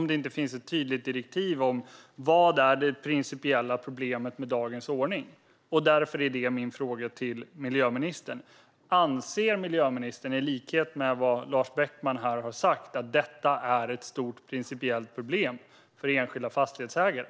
Det måste finnas ett tydligt direktiv om vad som är det principiella problemet med dagens ordning. Därför blir min fråga till miljöministern: Anser miljöministern, i likhet med vad Lars Beckman här har sagt, att detta är ett stort principiellt problem för enskilda fastighetsägare?